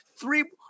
three